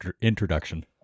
introduction